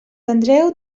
andreu